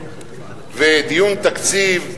ודיון תקציב,